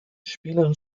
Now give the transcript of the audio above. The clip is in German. spielen